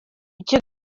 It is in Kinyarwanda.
icyo